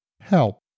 help